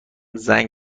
زنگ